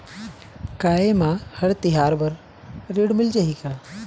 का ये मा हर तिहार बर ऋण मिल जाही का?